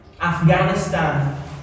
Afghanistan